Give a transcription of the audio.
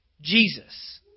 Jesus